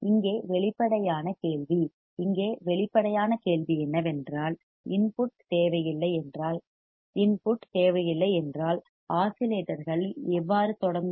இங்கே வெளிப்படையான கேள்வி இங்கே வெளிப்படையான கேள்வி என்னவென்றால் இன்புட் தேவையில்லை என்றால் இன்புட் தேவையில்லை என்றால் ஆஸிலேட்டர்கள் எவ்வாறு தொடங்கும்